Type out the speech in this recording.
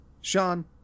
Sean